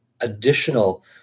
additional